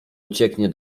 ucieknie